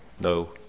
no